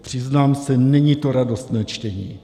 Přiznám se, není to radostné čtení.